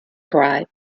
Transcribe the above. cry